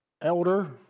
elder